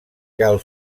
cal